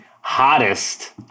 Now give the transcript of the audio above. hottest